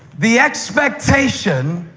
the expectation